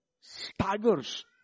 staggers